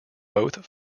both